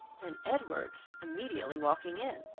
and edward's immediately walking in.